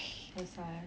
that's why